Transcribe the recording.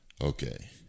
Okay